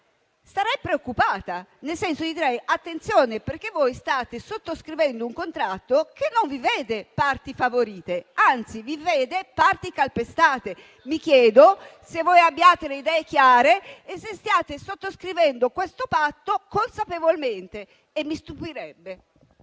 sarei preoccupata, nel senso che vi direi di fare attenzione, perché state sottoscrivendo un contratto che non vi vede parti favorite, anzi vi vede parti calpestate. Mi chiedo se voi abbiate le idee chiare e se stiate sottoscrivendo questo patto consapevolmente. E mi stupirebbe.